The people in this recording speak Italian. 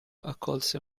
accolse